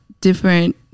different